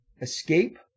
Escape